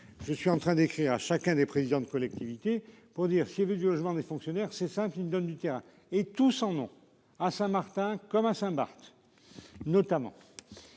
Je suis en train d'écrire à chacun des présidents de collectivités pour dire si il veut du logement des fonctionnaires c'est cinq donne du terrain et tout son nom à Saint-Martin comme à Saint Barth. Notamment.